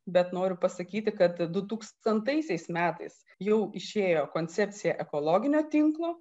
bet noriu pasakyti kad dutūkstantaisiais metais jau išėjo koncepcija ekologinio tinklo